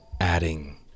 adding